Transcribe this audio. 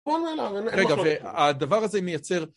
רגע והדבר הזה מייצר